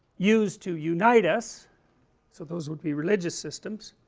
use to unite us so those would be religious systems,